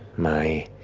my